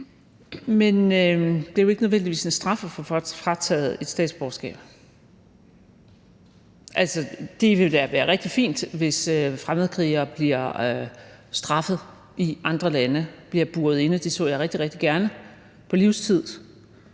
Men det er jo ikke nødvendigvis en straf at få frataget et statsborgerskab. Altså, det vil da være rigtig fint, hvis fremmedkrigere bliver straffet i andre lande, bliver buret inde på livstid; det så jeg rigtig, rigtig gerne.